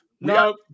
No